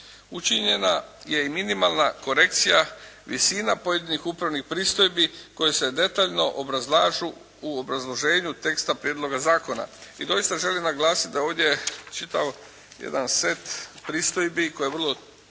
Učinjena je i minimalna korekcija visina pojedinih upravnih pristojbi koje se detaljno obrazlažu u obrazloženju teksta prijedloga zakona. I doista želim naglasiti da ovdje čitav jedan set pristojbi koji vrlo detaljno